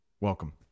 Welcome